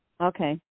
Okay